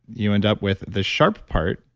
you end up with the sharp part,